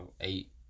eight